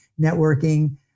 networking